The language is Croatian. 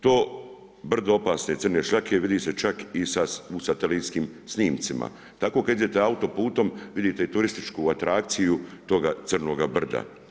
To brdo opasne crne šljake vidi se čak i u satelitskim snimcima, tako kad idete autoputom vidite i turističku atrakciju toga crnoga brda.